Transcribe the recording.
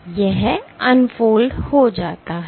तो यह अनफोल्ड हो जाता है